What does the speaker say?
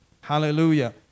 Hallelujah